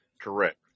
Correct